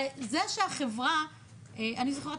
אני זוכרת,